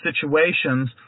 situations